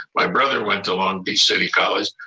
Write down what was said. my brother went to long beach city college.